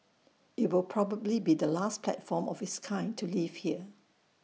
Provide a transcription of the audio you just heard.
IT will probably be the last platform of its kind to leave here